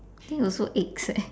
think also eggs leh